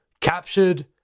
captured